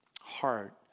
heart